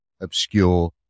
obscure